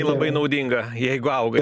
labai naudinga jeigu auga